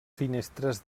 finestres